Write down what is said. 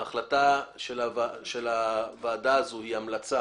ההחלטה של הוועדה הזו היא המלצה